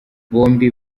bombi